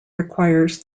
requires